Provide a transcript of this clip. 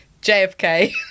JFK